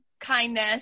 kindness